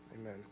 amen